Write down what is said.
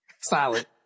Solid